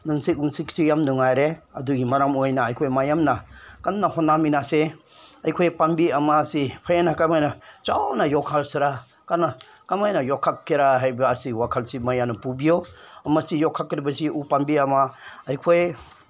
ꯅꯨꯡꯁꯤꯠ ꯅꯨꯡꯁꯤꯠꯁꯨ ꯌꯥꯝ ꯅꯨꯡꯉꯥꯏꯔꯦ ꯑꯗꯨꯒꯤ ꯃꯔꯝ ꯑꯣꯏꯅ ꯑꯩꯈꯣꯏ ꯃꯌꯥꯝꯅ ꯀꯟꯅ ꯍꯣꯠꯅꯃꯤꯟꯅꯁꯤ ꯑꯩꯈꯣꯏ ꯄꯥꯝꯕꯤ ꯑꯃꯁꯤ ꯍꯦꯟꯅ ꯀꯃꯥꯏꯅ ꯆꯥꯎꯅ ꯌꯣꯛꯈꯠꯁꯤꯔꯥ ꯀꯟꯅ ꯀꯃꯥꯏꯅ ꯌꯣꯛꯈꯠꯀꯦꯔꯥ ꯍꯥꯏꯕ ꯑꯁꯤ ꯋꯥꯈꯜꯁꯤ ꯃꯌꯥꯝꯅ ꯄꯨꯕꯤꯌꯨ ꯃꯁꯤ ꯌꯣꯛꯈꯠꯀꯗꯧꯔꯤꯕꯁꯤ ꯎ ꯄꯥꯝꯕꯤ ꯑꯃ ꯑꯩꯈꯣꯏ